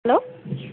hello